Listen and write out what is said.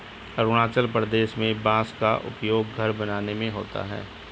अरुणाचल प्रदेश में बांस का उपयोग घर बनाने में होता है